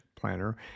planner